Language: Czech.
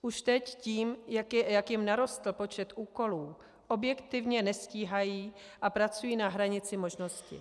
Už teď tím, jak jim narostl počet úkolů, objektivně nestíhají a pracují na hranici možností.